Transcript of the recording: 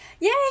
Yay